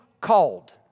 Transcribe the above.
called